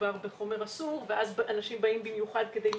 מדובר בחומר אסור ואז אנשים באים במיוחד כדי לקנות.